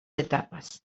etapas